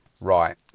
Right